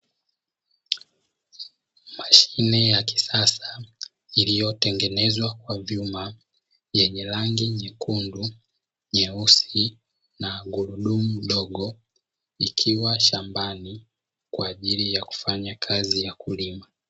Mashine ya kisasa iliyotengenezwa kwa vyuma, vyenye rangi nyekundu, nyeusi na gurudumu dogo; ikiwa shambani kwa ajili ya kufanya kazi ya kulima.